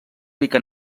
rica